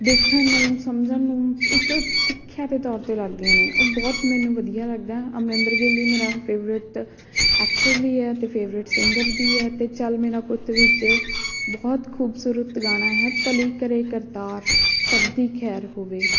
ਦੇਖਣ ਨੂੰ ਸਮਝਣ ਨੂੰ ਇੱਕ ਸਿੱਖਿਆ ਦੇ ਤੌਰ 'ਤੇ ਲੱਗਦੀਆਂ ਨੇ ਉਹ ਬਹੁਤ ਮੈਨੂੰ ਵਧੀਆ ਲੱਗਦਾ ਹੈ ਅਮਰਿੰਦਰ ਗਿੱਲ ਹੀ ਮੇਰਾ ਫੇਵਰੇਟ ਐਕਟਰ ਵੀ ਹੈ ਅਤੇ ਫੇਵਰੇਟ ਸਿੰਗਰ ਵੀ ਹੈ ਅਤੇ ਚੱਲ ਮੇਰਾ ਪੁੱਤ ਵਿੱਚ ਬਹੁਤ ਖੂਬਸੂਰਤ ਗਾਣਾ ਹੈ ਭਲੀ ਕਰੇ ਕਰਤਾਰ ਸਭ ਦੀ ਖੈਰ ਹੋਵੇ